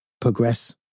progress